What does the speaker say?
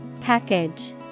Package